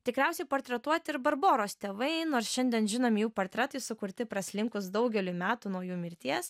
tikriausiai portretuoti ir barboros tėvai nors šiandien žinomi jų portretai sukurti praslinkus daugeliui metų nuo jų mirties